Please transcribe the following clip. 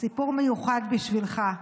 הסיפור במיוחד בשבילך.